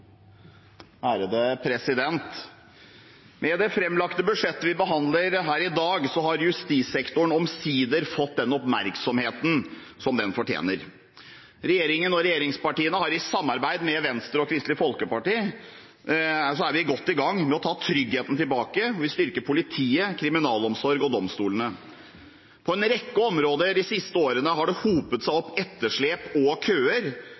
er omme. Med det framlagte budsjettet vi behandler her i dag, har justissektoren omsider fått den oppmerksomheten den fortjener. Regjeringen og regjeringspartiene, i samarbeid med Venstre og Kristelig Folkeparti, er godt i gang med å ta tryggheten tilbake, for vi styrker politiet, kriminalomsorgen og domstolene. På en rekke områder de siste årene har det hopet seg opp etterslep og køer,